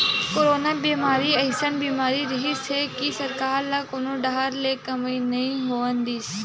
corona बेमारी अइसन बीमारी रिहिस हे कि सरकार ल कोनो डाहर ले कमई नइ होवन दिस